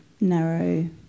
narrow